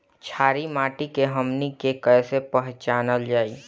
छारी माटी के हमनी के कैसे पहिचनल जाइ?